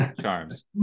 charms